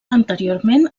anteriorment